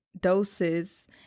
doses